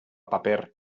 paper